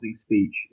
speech